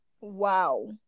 Wow